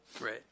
right